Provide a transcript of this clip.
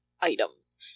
items